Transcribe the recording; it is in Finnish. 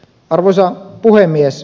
arvoisa puhemies